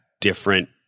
different